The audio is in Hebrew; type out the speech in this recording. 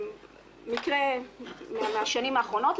מקרה מהשנים האחרונות,